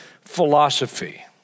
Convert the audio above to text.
philosophy